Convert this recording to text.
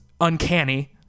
uncanny